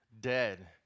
dead